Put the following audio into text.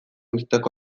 uzteko